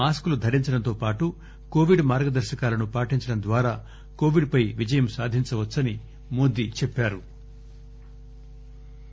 మాస్కులు ధరించడంతో పాటు కోవిడ్ మార్గదర్శకాలను పాటించడం ద్వారా కోవిడ్ పై విజయం సాధించవచ్చని మోదీ చెప్పారు